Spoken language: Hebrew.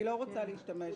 אני לא רוצה להשתמש בו,